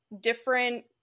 different